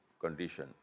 condition